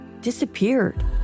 disappeared